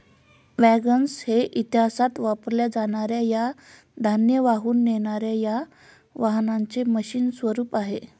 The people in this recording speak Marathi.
वॅगन्स हे इतिहासात वापरल्या जाणार या धान्य वाहून नेणार या वाहनांचे मशीन स्वरूप आहे